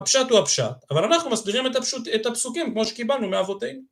הפשט הוא הפשט, אבל אנחנו מסבירים את הפסוקים כמו שקיבלנו מאבותינו.